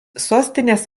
sostinės